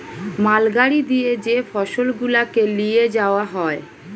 মাল গাড়ি দিয়ে যে ফসল গুলাকে লিয়ে যাওয়া হয়